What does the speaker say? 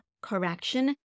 correction